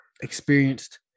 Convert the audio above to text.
experienced